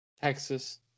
Texas